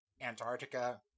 Antarctica